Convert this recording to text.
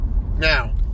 now